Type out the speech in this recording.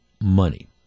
money